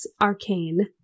arcane